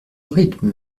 rythme